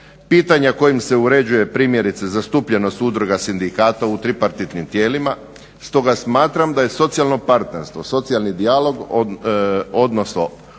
pitanja kojim se uređuje primjerice zastupljenost udruga sindikata u tripartitnim tijelima. Stoga smatram da je socijalno partnerstvo, socijalni dijalog odnosno